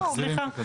סליחה.